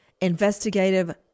investigative